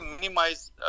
minimize